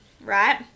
right